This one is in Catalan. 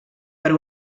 per